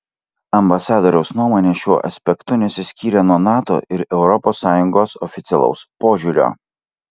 ambasadoriaus nuomonė šiuo aspektu nesiskyrė nuo nato ir europos sąjungos oficialaus požiūrio